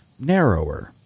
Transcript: narrower